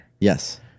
Yes